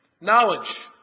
Knowledge